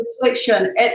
reflection